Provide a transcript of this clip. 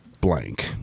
blank